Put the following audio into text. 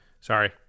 Sorry